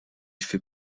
fait